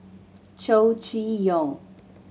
Chow Chee Yong